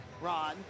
Ron